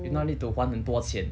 if not need to 还很多钱